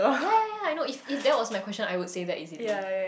ya ya ya I know if if that was my question I would say that easily